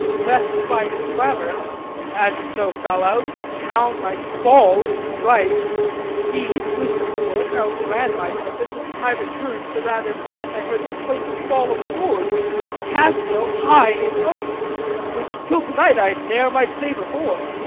lest by his clamour as it so fell out the town might fall in fright he, swift of foot, outran my purpose and i return'd the rather for that i heard the clink and fall of swords, and cassio high in oath which till to-night i ne'er might say before.